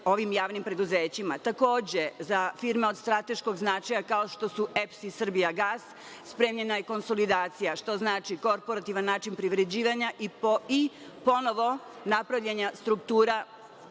ovim javnim preduzećima. Takođe, za firme od strateškog značaja, kao što su „EPS“ i „Srbijagas“, spremljena je konsolidacija. Što znači korporativan način privređivanja i ponovo napravljenja struktura